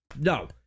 No